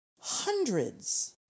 hundreds